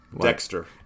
Dexter